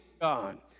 God